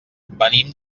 venim